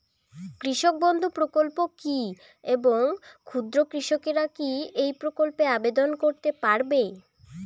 কৃষক বন্ধু প্রকল্প কী এবং ক্ষুদ্র কৃষকেরা কী এই প্রকল্পে আবেদন করতে পারবে?